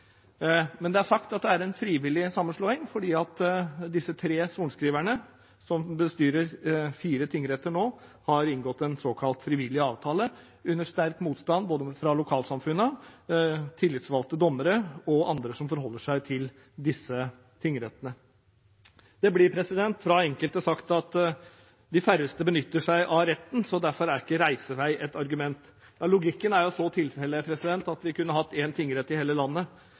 Men det er sagt at det er en frivillig sammenslåing fordi disse tre sorenskriverne, som bestyrer fire tingretter nå, har inngått en såkalt frivillig avtale, til sterk motstand fra lokalsamfunnene, tillitsvalgte, dommere og andre som forholder seg til disse tingrettene. Det blir av enkelte sagt at de færreste benytter seg av retten, så derfor er ikke reisevei et argument. Med den logikken kunne vi hatt én tingrett i hele landet. Viktigere er